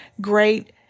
great